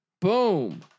Boom